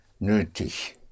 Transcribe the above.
nötig